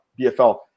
BFL